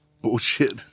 bullshit